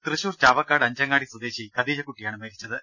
തൃശൂർ ചാവക്കാട് അഞ്ചങ്ങാടി സ്വദേശി കദീജക്കുട്ടിയാണ് മരിച്ചത്